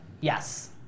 Yes